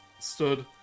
stood